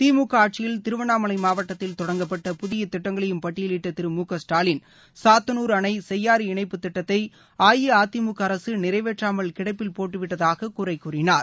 திமுக ஆட்சியில் திருவண்ணாமலை மாவட்டத்தில் தொடங்கப்பட்ட புதிய திட்டங்களையும் பட்டியலிட்ட திரு மு க ஸ்டாலின் சாத்தனூர் அணை செய்யாறு இணைப்பு திட்டத்தை அஇஅதிமுக அரசு நிறைவேற்றாமல் கிடப்பில் போட்டுவிட்டதாக குறை கூறினார்